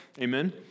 Amen